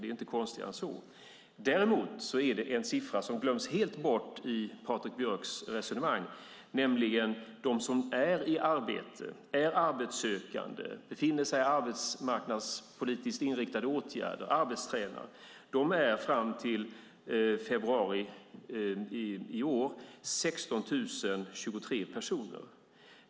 Det är inte konstigare än så. Däremot finns det en siffra som glöms helt bort i Patrik Björcks resonemang, nämligen de som är i arbete, är arbetssökande, befinner sig i arbetsmarknadspolitiskt inriktade åtgärder eller arbetstränar. De är fram till februari i år 16 023 personer.